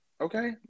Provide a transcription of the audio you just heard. okay